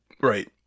Right